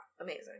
amazing